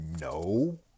No